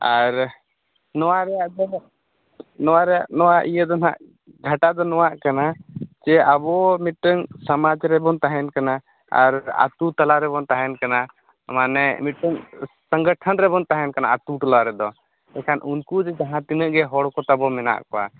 ᱟᱨ ᱱᱚᱣᱟ ᱨᱮᱭᱟᱜ ᱫᱚ ᱱᱚᱣᱟ ᱨᱮᱭᱟᱜ ᱱᱚᱣᱟ ᱤᱭᱟᱹ ᱫᱚ ᱱᱟᱦᱟᱜ ᱜᱷᱟᱴᱟ ᱫᱚ ᱱᱚᱣᱟ ᱠᱟᱱᱟ ᱡᱮ ᱟᱵᱚ ᱢᱤᱫᱴᱟᱹᱝ ᱥᱚᱢᱟᱡᱽ ᱨᱮᱵᱚᱱ ᱛᱟᱦᱮᱱ ᱠᱟᱱᱟ ᱟᱨ ᱟᱛᱳ ᱛᱟᱞᱟᱨᱮᱵᱚᱱ ᱛᱟᱦᱮᱱ ᱠᱟᱱᱟ ᱢᱟᱱᱮ ᱢᱤᱫᱴᱟᱹᱝ ᱥᱚᱝᱜᱚᱴᱷᱚᱱ ᱨᱮᱵᱚᱱ ᱛᱟᱦᱮᱱ ᱠᱟᱱᱟ ᱟᱛᱳ ᱴᱚᱞᱟ ᱨᱮᱫᱚ ᱮᱱᱠᱷᱟᱱ ᱩᱱᱠᱩ ᱡᱮ ᱡᱟᱦᱟᱸ ᱛᱤᱱᱟᱹᱜ ᱜᱮ ᱦᱚᱲ ᱠᱚ ᱛᱟᱵᱚ ᱢᱮᱱᱟᱜ ᱠᱚᱣᱟ